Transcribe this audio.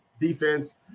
defense